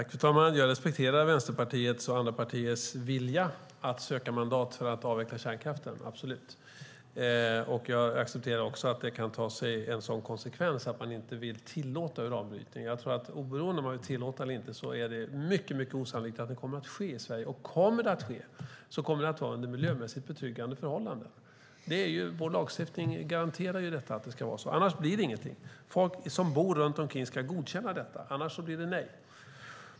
Fru talman! Jag respekterar Vänsterpartiets och andra partiers vilja att söka mandat för att avveckla kärnkraften, absolut, och jag accepterar att det kan få till följd att man inte vill tillåta uranbrytning. Oberoende av om man vill tillåta uranbrytning eller inte är det mycket osannolikt att det kommer att ske i Sverige. Om det kommer att ske blir det under miljömässigt betryggande förhållanden. Vår lagstiftning garanterar att det ska vara så, annars blir det ingenting. Folk som bor runt omkring ska godkänna det, i annat fall blir det nej.